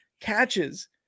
catches